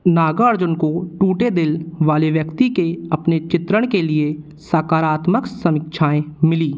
नागार्जुन को टूटे दिल वाले व्यक्ति के अपने चित्रण के लिए सकारात्मक समीक्षाएँ मिली